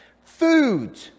Food